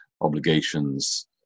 obligations